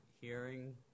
hearing